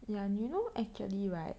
ya you know actually right